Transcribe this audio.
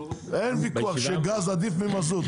אין ויכוח שגז עדיף ממזוט.